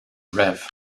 rev